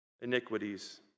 iniquities